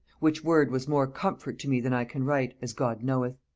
which word was more comfort to me than i can write, as god knoweth.